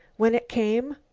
when it came,